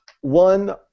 one